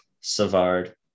Savard